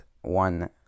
one